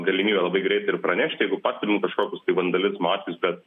galimybę labai greitai ir pranešti jeigu pastebim kažkokius tai vandalizmo atvejus bet